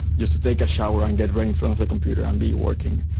just take a shower and get ready in front of the computer and be working.